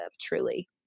truly